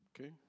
okay